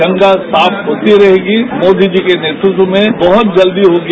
गंगा साफ होती रहेगी मोदी जी के नेतृत्व में बह्त जल्दी होगी